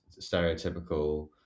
stereotypical